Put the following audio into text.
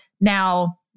now